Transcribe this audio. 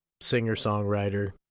singer-songwriter